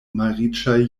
malriĉaj